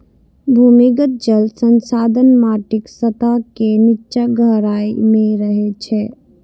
भूमिगत जल संसाधन माटिक सतह के निच्चा गहराइ मे रहै छै